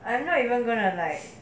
I am not even gonna like